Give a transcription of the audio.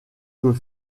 peut